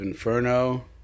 Inferno